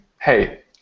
hey